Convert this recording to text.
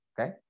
Okay